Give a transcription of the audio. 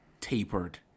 tapered